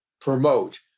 promote